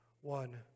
one